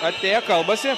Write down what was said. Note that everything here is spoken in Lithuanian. artėja kalbasi